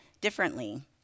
differently